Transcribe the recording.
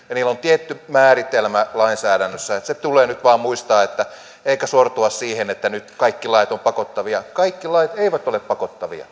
on tietty määritelmä lainsäädännössä se tulee nyt vain muistaa eikä sortua siihen että nyt kaikki lait ovat pakottavia kaikki lait eivät ole pakottavia